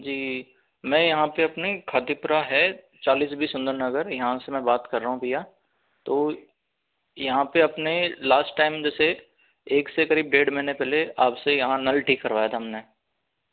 जी मैं यहाँ पर अपने खातीपुरा है चालिस बी सुंदर नगर यहाँ से मैं बात कर रहा हूँ भैया तो यहाँ पर अपने लास्ट टाइम जैसे एक से करीब डेढ़ महीने पहले आपसे यहाँ नल ठीक करवाया था हमने